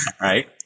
Right